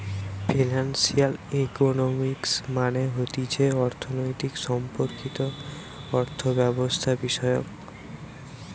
financial economics মানে হতিছে অর্থনীতি সম্পর্কিত অর্থব্যবস্থাবিষয়ক